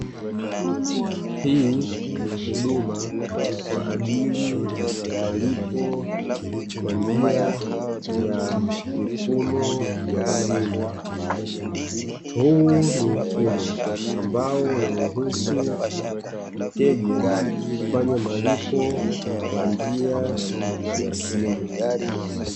Hii ni huduma kwa ajili ya malipo kwa njia ya mifumo ya simu. Huu ni mfumo ambao unamruhusu mteja kufanya malipo kwa njia ya simu.